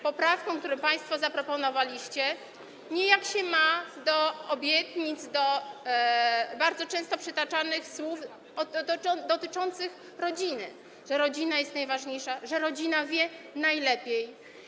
Poprawka, którą państwo zaproponowaliście, nijak się ma do obietnic, do bardzo często przytaczanych słów dotyczących rodziny, że rodzina jest najważniejsza, że rodzina wie najlepiej.